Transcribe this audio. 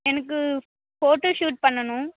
எனக்கு photo shoot பண்ணணும்